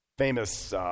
Famous